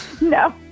No